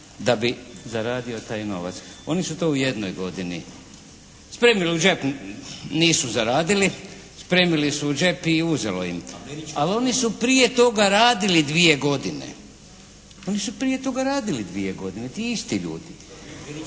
da bi zaradio taj novac. Oni su to u jednoj godini, spremili u džep, nisu zaradili, spremili su u džep i uzelo im, ali oni su prije toga radili 2 godine, ti isti ljudi.